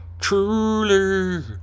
Truly